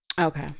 Okay